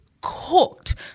cooked